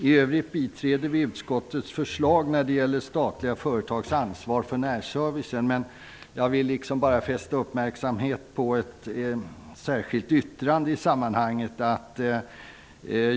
I övrigt biträder vi utskottets förslag när det gäller statliga företags ansvar för närservicen. Jag vill bara fästa uppmärksamhet på ett särskilt yttrande i sammanhanget.